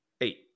Eight